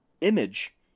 image